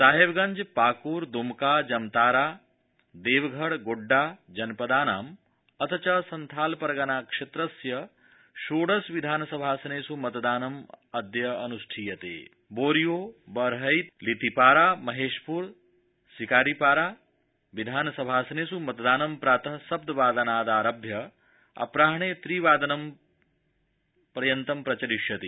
साहेब गंज पाकर दमका जमतारा देवघर गोड्डा जनपदानाम् अथ च संथाल परगना क्षेत्रस्य षोडश विधानसभासनेष् मतदानम् अनुष्ठीयते बोरियो बरहैत लितीपारा महेशपुर सिकारीपारा विधानसभा सनेष् मतदानं प्रातः सप्तनादनादारभ्य अपराह्ने त्रिवादनपर्यन्तं प्रचलिष्यति